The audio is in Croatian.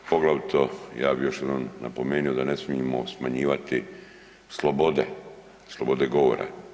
Poglavito ja bih još jednom napomenuo da ne smijemo smanjivati slobode, slobode govora.